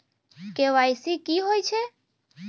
KYC की होय छै?